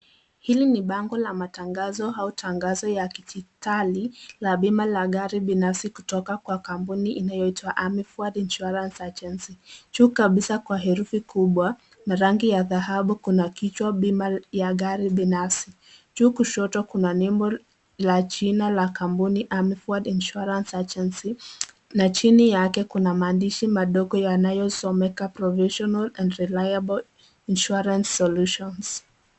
Hili ni bango la matangazo au tangazo ya kidijitali la bima la gari binafsi kutoka kwa kampuni inayoitwa Amiford Insurance Agency. Juu kabisa kwa herufi kubwa na rangi ya dhahabu kuna kichwa bima ya gari binafsi. Juu kushoto kuna nembo la jina la kampuni Amiford Insurance Agency na chini yake kuna maandishi madogo yanayosomeka Provisional and Reliable Insurance Solutions